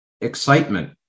excitement